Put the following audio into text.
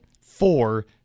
four